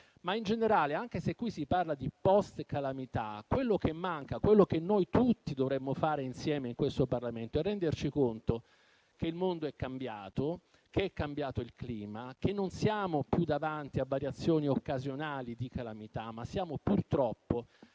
Ma in generale, anche se qui si parla di post-calamità, quello che manca, quello che noi tutti dovremmo fare insieme in questo Parlamento è renderci conto che il mondo è cambiato, che è cambiato il clima, che non siamo più davanti a variazioni e calamità occasionali, ma siamo purtroppo